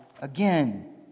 again